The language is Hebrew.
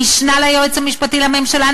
המשנה ליועץ המשפטי לממשלה,